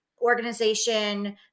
Organization